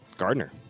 Gardner